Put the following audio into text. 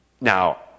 Now